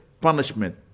punishment